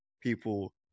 people